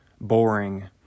boring